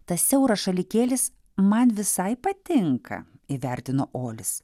tas siauras šalikėlis man visai patinka įvertino olis